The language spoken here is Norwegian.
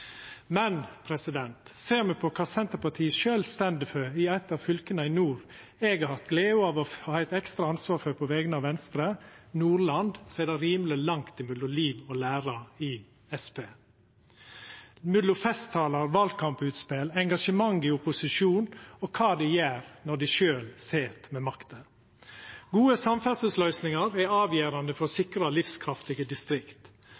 Men ser me på kva Senterpartiet sjølv står for i eit av fylka i nord som eg på vegner av Venstre hatt gleda av å ha eit ekstra ansvar for, Nordland, er det rimeleg langt mellom liv og lære i Senterpartiet – mellom festtalar, valkamputspel og engasjement i opposisjon og kva dei gjer når dei sjølve sit med makta. Gode samferdselsløysingar er avgjerande for å sikra livskraftige distrikt.